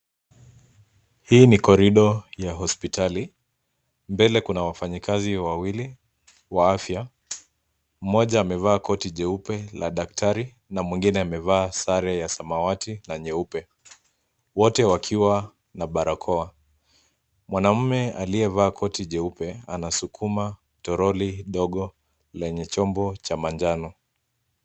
Hii ni korido ya hospitali. Mbele kuna wafanyikazi wawili wa afya, mmoja amevaa koti jeupe la daktari na mwingine amevaa sare ya samawati na nyeupe. Wote wakiwa na barakoa. Mwanaume aliyevaa koti jeupe anasukuma toroli dogo lenye chombo cha manjano.